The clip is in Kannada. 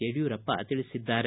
ಯಡಿಯೂರಪ್ಪ ತಿಳಿಸಿದ್ದಾರೆ